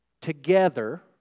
Together